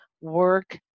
work